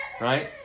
right